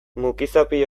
mukizapi